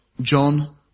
John